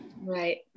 Right